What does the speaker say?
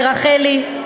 לרחלי,